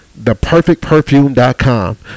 theperfectperfume.com